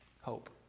Hope